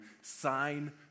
sign